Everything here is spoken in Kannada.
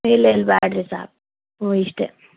ಇಲ್ಲ ಇಲ್ಲ ಬ್ಯಾಡ್ರಿ ಸಾಕು ಹ್ಞೂ ಇಷ್ಟೇ